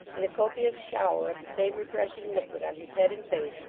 and a copious shower of the same refreshing liquid on his head and face,